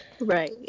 right